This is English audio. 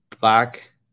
black